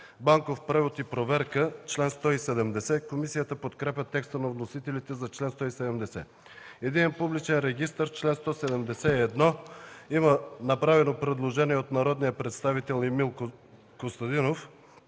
„Банков превод и проверка” – чл. 170. Комисията подкрепя текста на вносителите за чл. 170. По чл. 171 „Единен публичен регистър” има направено предложение от народния представител Емил Костадинов: